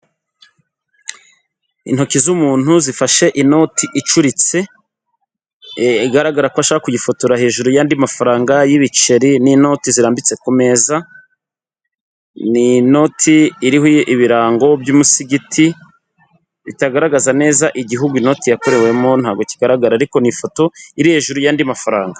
Intoki z'umuntu zifashe inoti icuritse igaragara ko ashaka kuyifotora hejuru y'andi mafaranga y'ibiceri n'inoti zirambitse ku meza, ni inoti iriho ibirango by'umusigiti itagaragaza neza igihugu inoti yakorewemo ntabwo kigaragara, ariko ni ifoto iri hejuru y'andi mafaranga.